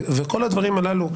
וכל הדברים הללו,